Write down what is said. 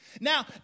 Now